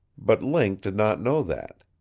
but link did not know that.